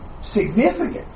significant